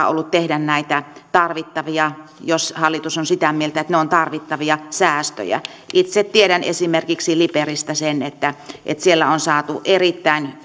ollut tehdä näitä tarvittavia jos hallitus on sitä mieltä että ne ovat tarvittavia säästöjä itse tiedän esimerkiksi liperistä sen että että siellä on saatu erittäin